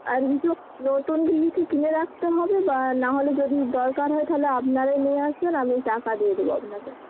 আর কিছু নতুন কি কিছু কিনে রাখতে হবে বা নাহলে যদি দরকার হয় তাহলে আপনারাই নিয়ে আসবেন আমি টাকা দিয়ে দেব আপনাদেরকে